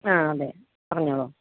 ആ അതെ പറഞ്ഞോളൂ